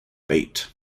bait